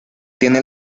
tiene